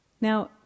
Now